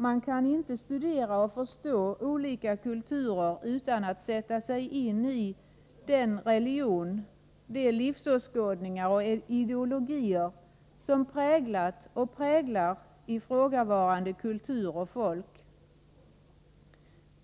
Man kan inte studera och förstå olika kulturer utan att sätta sig in i den religion, de livsåskådningar och ideologier som präglat och präglar ifrågavarande kultur och folk.